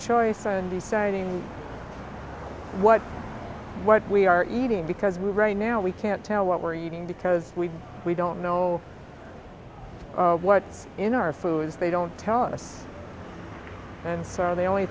choice on deciding what what we are eating because we right now we can't tell what we're eating because we don't know what's in our foods they don't tell us and so the only